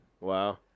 Wow